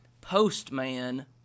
postman